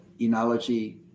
enology